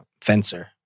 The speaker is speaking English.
fencer